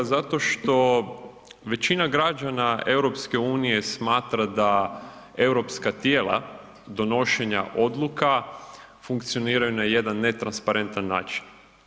Zato što većina građana EU smatra da europska tijela donošenja odluka funkcioniraju na jedan netransparentan način.